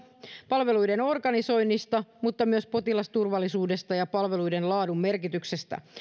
palveluiden organisoinnista mutta myös potilasturvallisuudesta ja palveluiden laadun merkityksestä